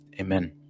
Amen